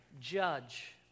judge